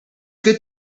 good